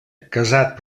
casat